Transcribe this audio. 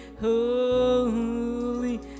holy